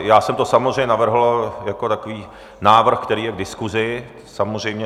Já jsem to samozřejmě navrhl jako takový návrh, který je k diskuzi, samozřejmě.